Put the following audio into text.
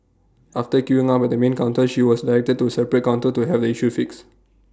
after queuing up at the main counter she was directed to A separate counter to have the issue fixed